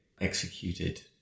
executed